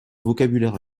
vocabulaire